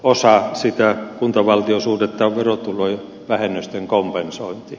yksi osa sitä kuntavaltio suhdetta on verotulojen vähennysten kompensointi